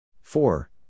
four